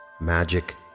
magic